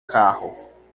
carro